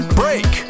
break